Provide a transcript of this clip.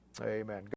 Amen